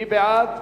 מי בעד?